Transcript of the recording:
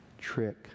trick